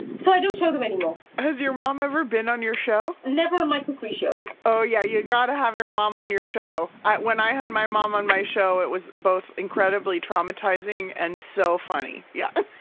so i don't show them anymore has your mom ever been on your show? never on my cookery shows oh yeah. you got to have your mom on your show. when i had my mom on my show, it was both incredibly traumatizing and so funny yeah